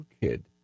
kid